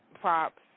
props